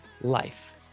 Life